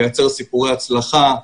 לייצר סיפורי הצלחה,